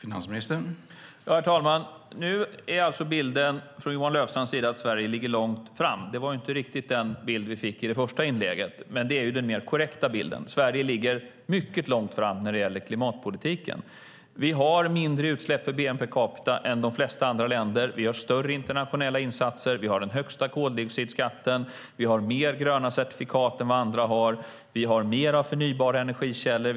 Herr talman! Nu är alltså bilden från Johan Löfstrands sida att Sverige ligger långt fram. Det var inte riktigt den bild vi fick i det första inlägget, men det är den mer korrekta bilden. Sverige ligger mycket långt fram när det gäller klimatpolitiken. Vi har mindre utsläpp per capita än de flesta andra länder. Vi gör större internationella insatser. Vi har den högsta koldioxidskatten. Vi har mer gröna certifikat än andra. Vi har mer av förnybara energikällor.